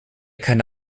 keine